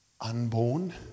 Unborn